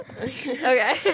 okay